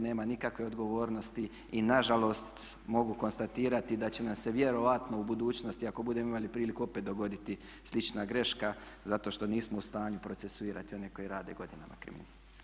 Nema nikakve odgovornosti i na žalost mogu konstatirati da će nas se vjerojatno u budućnosti ako budemo imali priliku opet dogoditi slična greška zato što nismo u stanju procesuirati one koji rade godinama kriminal.